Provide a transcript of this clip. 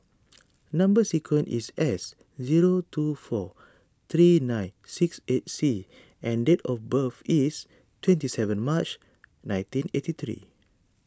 Number Sequence is S zero two four three nine six eight C and date of birth is twenty seven March nineteen eighty three